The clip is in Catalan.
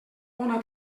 bona